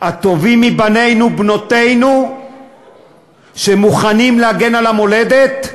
הטובים מבנינו ובנותינו שמוכנים להגן על המולדת,